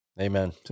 amen